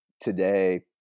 today